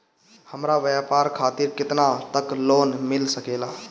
हमरा व्यापार खातिर केतना तक लोन मिल सकेला?